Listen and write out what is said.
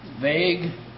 vague